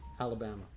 Alabama